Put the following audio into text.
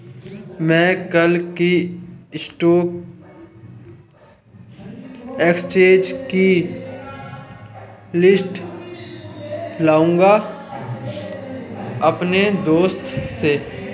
मै कल की stock exchange की लिस्ट लाऊंगा अपने दोस्त से